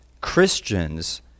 Christians